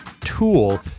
tool